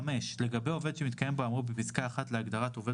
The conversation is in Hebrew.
(5)לגבי עובד שמתקיים בו האמור בפסקה (1) להגדרה "עובד